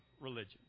religion